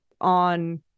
on